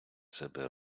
себе